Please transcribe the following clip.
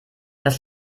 das